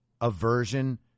aversion